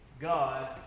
God